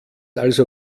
also